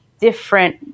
different